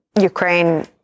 Ukraine